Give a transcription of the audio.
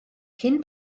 cyn